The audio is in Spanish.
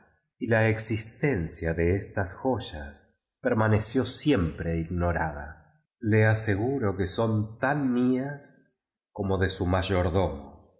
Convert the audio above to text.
y la exis tencia de estas joyas permaneció siempre ignorada le aseguro que son tan mías como de su mayordomo